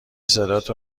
صداتو